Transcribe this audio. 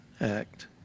Act